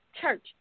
Church